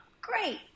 Great